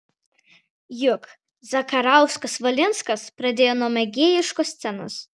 juk zakarauskas valinskas pradėjo nuo mėgėjiškos scenos